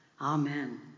Amen